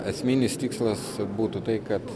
esminis tikslas būtų tai kad